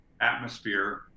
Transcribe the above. atmosphere